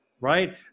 right